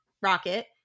Rocket